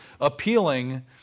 appealing